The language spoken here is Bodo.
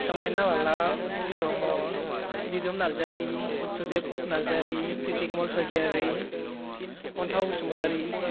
समायना बाला ब्रह्म दिदोम नार्जारि बथुदेफ नार्जारि क्रिथि कमल सरगयारि अनथाव बसुमथारि